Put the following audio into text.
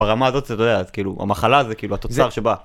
ברמה הזאת זה אתה יודע, כאילו, המחלה זה כאילו התוצר שבה.